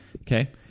Okay